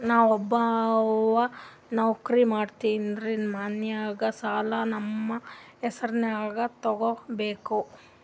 ನಾ ಒಬ್ಬವ ನೌಕ್ರಿ ಮಾಡತೆನ್ರಿ ಮನ್ಯಗ ಸಾಲಾ ನಮ್ ಹೆಸ್ರನ್ಯಾಗ ತೊಗೊಬೇಕ?